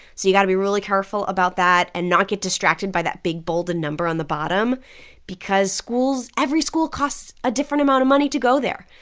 so you've got to be really careful about that and not get distracted by that big, bolded number on the bottom because schools every school costs a different amount of money to go there.